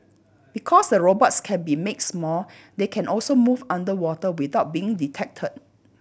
because the robots can be make small they can also move underwater without being detected